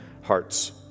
hearts